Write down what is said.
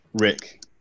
Rick